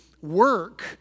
work